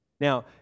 Now